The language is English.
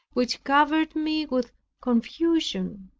which covered me with confusion,